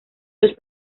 los